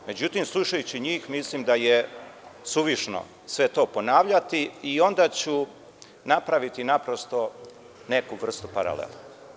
Međutim, slušajući njih, mislim da je suvišno sve to ponavljati i onda ću napraviti jednu vrstu paralele.